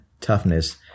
toughness